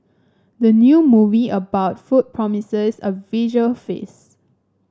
the new movie about food promises a visual feast